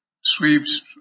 sweeps